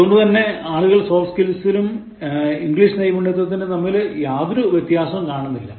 അതു കൊണ്ടുതന്നെ ആളുകൾ സോഫ്റ്റ് സ്കിൽസിനും ഇംഗ്ലീഷ് നൈപുണ്യത്തിനും തമ്മിൽ യാതൊരു വ്യത്യാസവും കാണുന്നില്ല